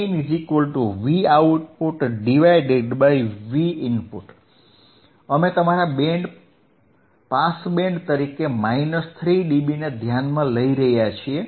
gain Vout Vin અમે તમારા pass band તરીકે માઇનસ 3 ડીબીને ધ્યાનમાં લઈ રહ્યા છીએ